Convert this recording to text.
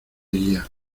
guía